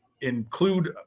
include